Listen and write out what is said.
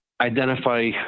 identify